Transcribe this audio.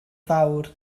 fawr